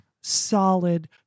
solid